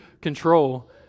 control